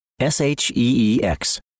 S-H-E-E-X